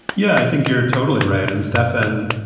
yeah, i think you're totally right. and stefan.